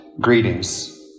Greetings